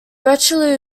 richelieu